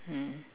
mm